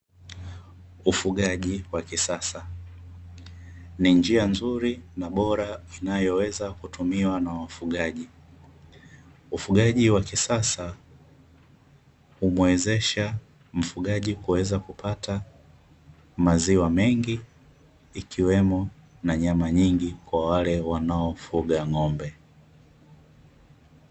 Ufugaji wa kisasa ni njia nzuri na bora inayoweza kutumiwa na wafugaji. Ufugaji wa kisasa humwezesha mfugaji kuweza kupata maziwa mengi ikiwemo na nyama nyingi kwa wale wanaofuga ng'ombe.